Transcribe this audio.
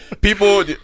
People